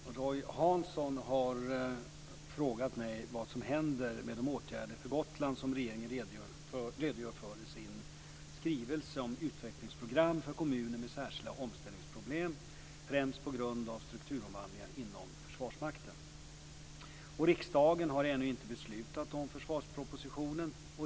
Herr talman! Roy Hansson har frågat mig vad som händer med de åtgärder för Gotland som regeringen redogör för i sin skrivelse Utvecklingsprogram för kommuner med särskilda omställningsproblem främst på grund av strukturomvandlingar inom Försvarsmakten. Riksdagen har ännu inte beslutat om försvarspropositionen.